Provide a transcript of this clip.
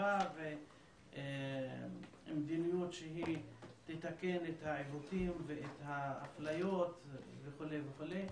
שווה ומדיניות שתתקן את העיוותים ואת האפליות וכו' וכו'.